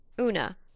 Una